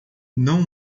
não